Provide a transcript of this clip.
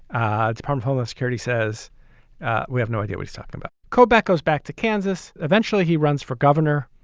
ah it's part of homeless security says we have no idea what i'm talking about. kobach goes back to kansas eventually he runs for governor.